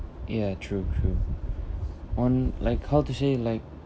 ya true true on like how to say like